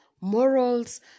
morals